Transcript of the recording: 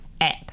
app